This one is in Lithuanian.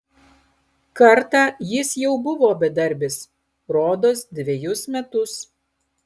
kartą jis jau buvo bedarbis rodos dvejus metus